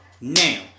now